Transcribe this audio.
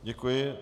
Děkuji.